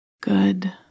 Good